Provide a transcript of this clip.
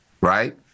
Right